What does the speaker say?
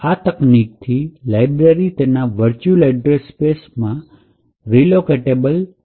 આ તકનીક થી લાઇબ્રેરી તેના virtual એડ્રેસ સ્પેસ મા રિલોકેટેબલ બનવામા આવે છે